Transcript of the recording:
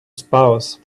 spouse